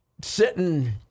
sitting